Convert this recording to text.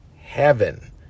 heaven